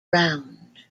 round